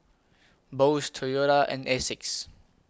Bose Toyota and Asics